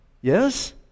Yes